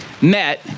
met